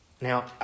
Now